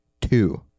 two